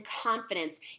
confidence